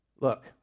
Look